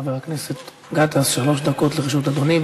חבר הכנסת גטאס, שלוש דקות לרשות אדוני.